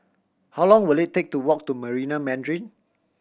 how long will it take to walk to Marina Mandarin